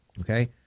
Okay